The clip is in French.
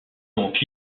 donc